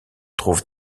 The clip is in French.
trouve